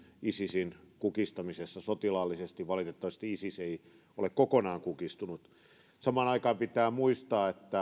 isisin kukistamisessa sotilaallisesti valitettavasti isis ei ole kokonaan kukistunut samaan aikaan pitää muistaa että